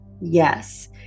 Yes